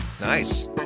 nice